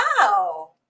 Wow